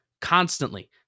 constantly